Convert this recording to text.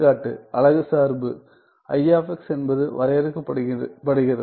கா அலகு சார்பு என்பது வரையறுக்கப்படுகிறது